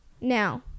now